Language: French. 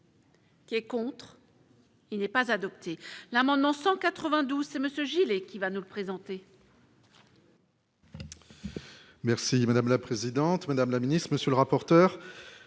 Qui est contre. Il n'est pas adopté l'amendement 192 c'est monsieur Gillet et qui va nous présenter.